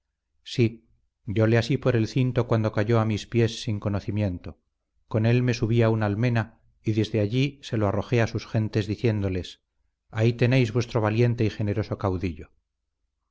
sí yo le así por el cinto cuando cayó a mis pies sin conocimiento con él me subí a una almena y desde allí se lo arrojé a sus gentes diciéndoles ahí tenéis vuestro valiente y generoso caudillo